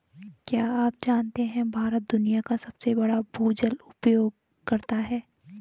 क्या आप जानते है भारत दुनिया का सबसे बड़ा भूजल उपयोगकर्ता है?